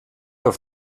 auf